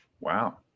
Wow